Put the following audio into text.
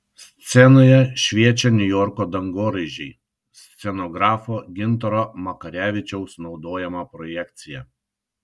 scenoje šviečia niujorko dangoraižiai scenografo gintaro makarevičiaus naudojama projekcija